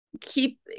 keep